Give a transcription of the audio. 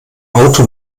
auto